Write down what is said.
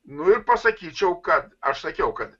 nu ir pasakyčiau kad aš sakiau kad